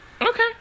Okay